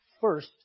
First